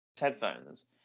headphones